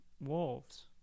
wolves